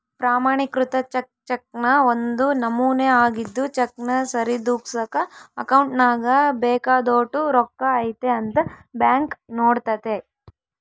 ಪ್ರಮಾಣಿಕೃತ ಚೆಕ್ ಚೆಕ್ನ ಒಂದು ನಮೂನೆ ಆಗಿದ್ದು ಚೆಕ್ನ ಸರಿದೂಗ್ಸಕ ಅಕೌಂಟ್ನಾಗ ಬೇಕಾದೋಟು ರೊಕ್ಕ ಐತೆ ಅಂತ ಬ್ಯಾಂಕ್ ನೋಡ್ತತೆ